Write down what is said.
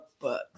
books